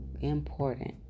important